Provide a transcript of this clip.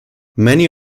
many